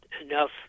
enough